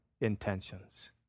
intentions